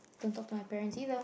don't talk to my parents either